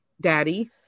daddy